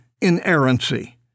inerrancy